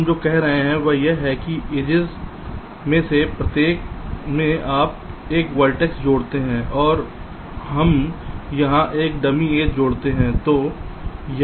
तो हम जो कह रहे हैं वह यह है कि एड्जेस में से किसी में आप एक वर्टेक्स जोड़ते हैं और हम यहां एक डमी एज जोड़ते हैं